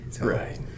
Right